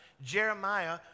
jeremiah